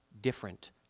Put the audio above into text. different